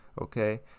Okay